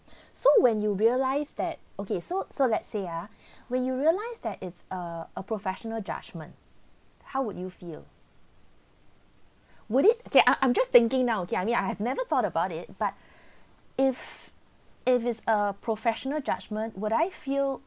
so when you realise that okay so so let's say ah when you realize that it's err a professional judgment how would you feel would it okay I I'm just thinking now okay me I've never thought about it but if it is a professional judgement would I feel